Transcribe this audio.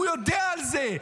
הוא יודע על זה.